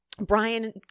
brian